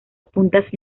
puntas